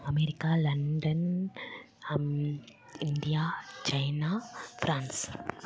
America London India China France